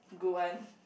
good one